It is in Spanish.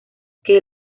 que